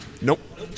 Nope